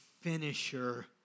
finisher